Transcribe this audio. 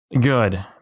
Good